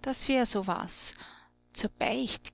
das wär so was zur beicht